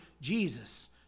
Jesus